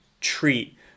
treat